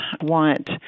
want